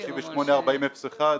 אגף תקציבים.